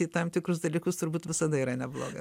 į tam tikrus dalykus turbūt visada yra nebloga